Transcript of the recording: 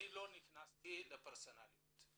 אני לא נכנסתי לפרסונליות,